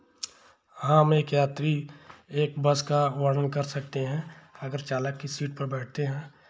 हाँ मैं एक यात्री एक बस का वर्णन कर सकते हैं अगर चालक की सीट पर बैठते हैं